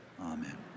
Amen